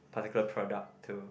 particular product to